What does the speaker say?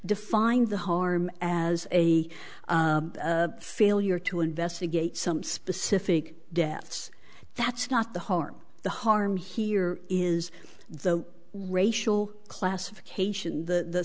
defines the harm as a failure to investigate some specific deaths that's not the harm the harm here is the racial classification the